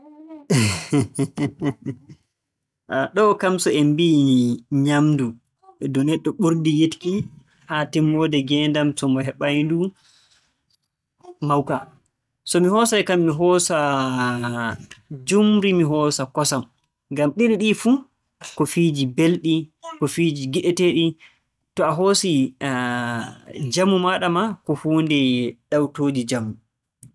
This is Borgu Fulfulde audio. Ɗo'o kam so en mbi'ii nyaamndu ndu neɗɗo ɓurdi yiɗki haa timmoode ngeendam to mo heɓay-ndu. Mawka! so mi hoosay kam mi hoosa njuumri mi hoosa kosam. Ngam ɗiɗi ɗii fuu, ko fiiji belɗi ko fiiji giɗeteeɗi. So a hoosii njamu maaɗa maa ko huunde ɗawtooji njamu.